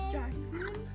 Jackson